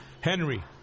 Henry